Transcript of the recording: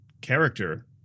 character